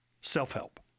Self-help